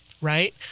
Right